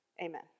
Amen